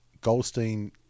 Goldstein